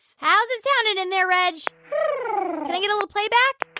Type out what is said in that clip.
how's it sounding in there, reg? can i get a little playback?